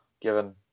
given